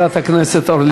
חברת הכנסת אורלי לוי,